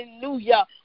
Hallelujah